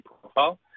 profile